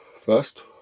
first